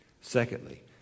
Secondly